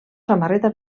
samarreta